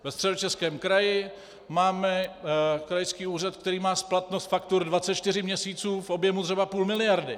Ve Středočeském kraji máme krajský úřad, který má splatnost faktur 24 měsíců v objemu zhruba půl miliardy.